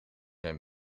een